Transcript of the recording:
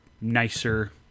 nicer